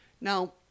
Now